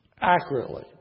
accurately